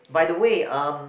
by the way um